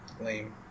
lame